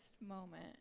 moment